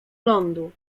lądu